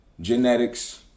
genetics